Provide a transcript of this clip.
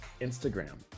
Instagram